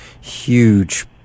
huge